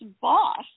boss